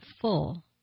full